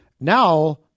now